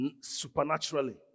Supernaturally